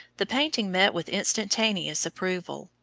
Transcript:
the painting met with instantaneous approval,